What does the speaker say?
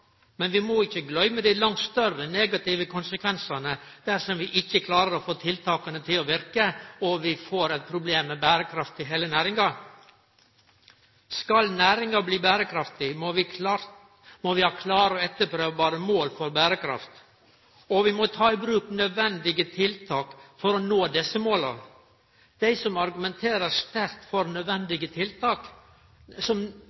men vi må ikkje gløyme dei langt større, negative konsekvensane dersom vi ikkje klarer å få tiltaka til å verke og vi får eit problem med berekraft i heile næringa. Skal næringa bli berekraftig, må vi ha klare og etterprøvbare mål for berekraft, og vi må ta i bruk nødvendige tiltak for å nå desse måla. Dei som argumenterer sterkt mot nødvendige tiltak, må ha eit medansvar for